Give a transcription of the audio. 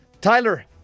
Tyler